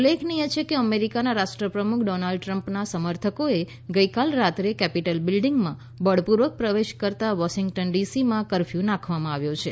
ઉલ્લેખનીય છે કે અમેરિકાના રાષ્ટ્રપ્રમુખ ડોનાલ્ડ ટ્રમ્પના સમર્થકોએ ગઈકાલે રાત્રે કેપીટલ બિલ્ડિંગમાં બળપૂર્વક પ્રવેશ કરતા વોશિંગ્ટન ડીસીમાં કરફ્યુ નાખવામાં આવ્યો છે